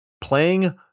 Playing